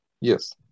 Yes